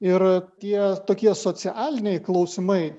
ir tie tokie socialiniai klausimai